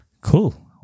Cool